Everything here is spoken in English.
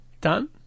Done